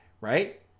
right